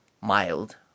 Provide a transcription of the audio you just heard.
mild